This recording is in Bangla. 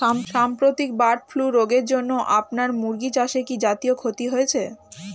সাম্প্রতিক বার্ড ফ্লু রোগের জন্য আপনার মুরগি চাষে কি জাতীয় ক্ষতি হয়েছে?